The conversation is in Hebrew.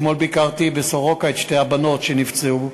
אתמול ביקרתי בבית-החולים סורוקה את שתי הבנות שנפצעו.